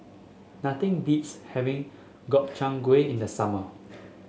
nothing beats having Gobchang Gui in the summer